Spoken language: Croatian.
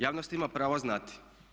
Javnost ima pravo znati.